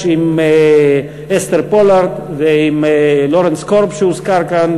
עם אסתר פולארד ועם לורנס קורב שהוזכר כאן,